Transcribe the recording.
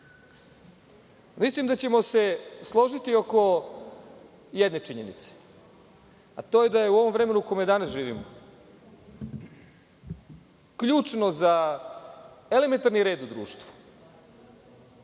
da ćemo se složiti oko jedne činjenice, a to je da je u ovom vremenu u kojem danas živimo, ključno za elementarni red u društvu,